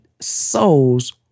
souls